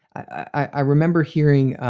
i remember hearing